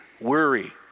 worry